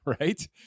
right